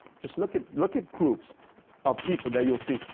just look at look at groups of people that you'll see,